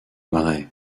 marais